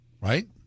right